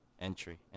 entry